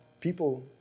people